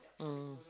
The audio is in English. mm